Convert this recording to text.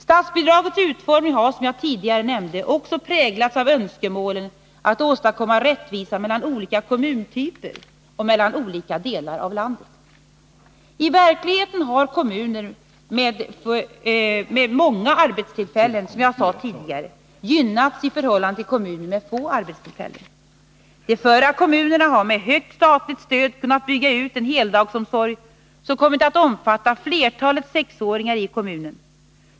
Statsbidragets utformning har, som jag tidigare nämnde, också präglats av önskemålen att åstadkomma rättvisa mellan olika kommuntyper och mellan olika delar av landet. I verkligheten har kommuner med många arbetstillfällen, som jag sade tidigare, gynnats i förhållande till kommuner med få arbetstillfällen. De förra kommunerna har — med ett högt statligt stöd — kunnat bygga ut en heldagsomsorg som kommit att omfatta flertalet sexåringar i kommunen.